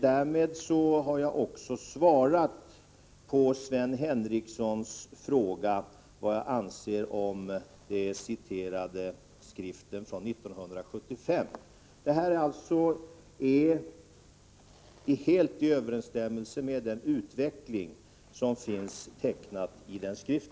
Därmed har jag också svarat på Sven Henricssons fråga vad jag anser om citatet ur skriften från 1975. Samgåendet är alltså helt i överensstämmelse med den utveckling som finns tecknad i denna skrift.